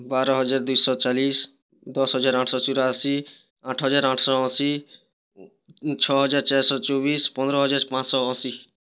ବାର ହଜାର ଦୁଇଶହ ଚାଲିଶ ଦଶ ହଜାର ଆଠଶହ ଚଉରାଅଶୀ ଆଠ ହଜାର ଆଠଶହ ଅଶୀ ଛଅ ହଜାର ଚାରିଶହ ଚବିଶ ପନ୍ଦର ହଜାର ପାଞ୍ଚଶହ ଅଶୀ